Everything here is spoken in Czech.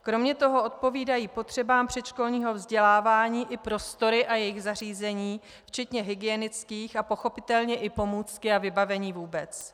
Kromě toho odpovídají potřebám předškolního vzdělávání i prostory a jejich zařízení včetně hygienických a pochopitelně i pomůcky a vybavení vůbec.